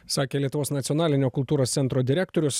sakė lietuvos nacionalinio kultūros centro direktorius